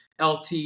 LT